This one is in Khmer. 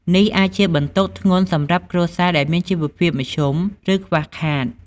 នេះអាចជាបន្ទុកធ្ងន់សម្រាប់គ្រួសារដែលមានជីវភាពមធ្យម ឬខ្វះខាត។